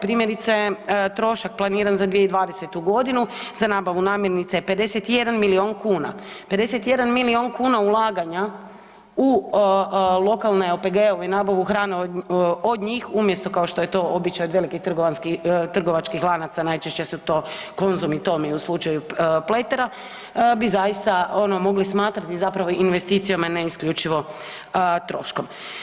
Primjerice trošak planiran za 2020.g. za nabavu namirnica je 51 milijun kuna, 51 milijun kuna ulaganja u lokalne OPG-ove i nabavu hrane od njih umjesto kao što je to običaj od velikih trgovačkih lanaca, najčešće su to Konzum i Tomy u slučaju Pletera, bi zaista ono mogli smatrati zapravo investicijom, a ne isključivo troškom.